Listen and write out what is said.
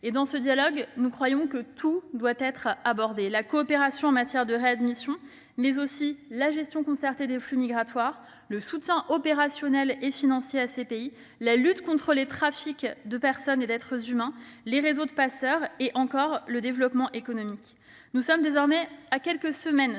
Dans ce dialogue, nous croyons que toutes les questions doivent être abordées : la coopération en matière de réadmission, mais aussi la gestion concertée des flux migratoires, le soutien opérationnel et financier à ces pays, la lutte contre les trafics d'êtres humains et les réseaux de passeurs ou encore le développement économique. Nous sommes à quelques semaines